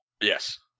Yes